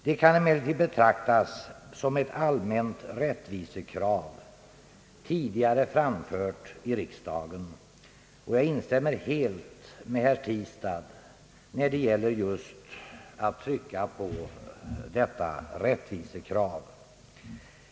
De kan emellertid betraktas som ett allmänt rättvisekrav, tidigare framfört i riksdagen, och jag instämmer helt med herr Tistad när han trycker på detta rättvisekrav.